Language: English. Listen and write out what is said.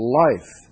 life